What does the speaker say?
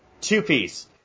two-piece